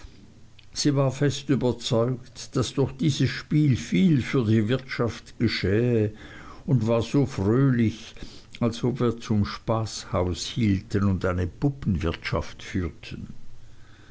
sie war fest überzeugt daß durch dieses spiel viel für die wirtschaft geschähe und war so fröhlich als ob wir zum spaß haushielten und eine puppenwirtschaft führten